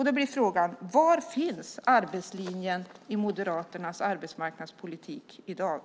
Då blir frågan: Var finns arbetslinjen i Moderaternas arbetsmarknadspolitik i dag?